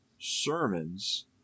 sermons